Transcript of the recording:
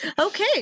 Okay